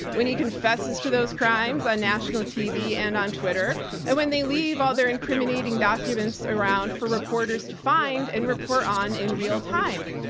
when he confesses to those crimes on national tv and on twitter and when they leave all their incriminating documents around for reporters to find and report on in real time.